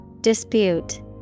Dispute